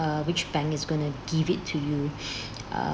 uh which bank is gonna give it to you uh